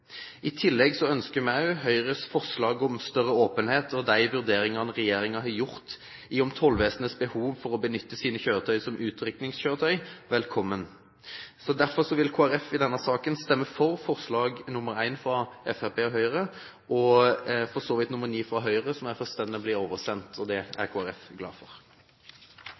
I tillegg ønsker vi også velkommen Høyres forslag om større åpenhet om de vurderingene regjeringen har gjort av tollvesenets behov for å benytte sine kjøretøyer som utrykningskjøretøyer. Derfor vil Kristelig Folkeparti i denne saken stemme for forslag nr. 1, fra Fremskrittspartiet og Høyre, og, for så vidt, forslag nr. 9, fra Høyre, et forslag som jeg forstår blir oversendt, og det er Kristelig Folkeparti glad for.